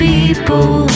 People